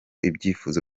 ibyifuzo